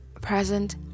present